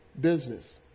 business